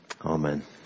amen